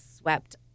swept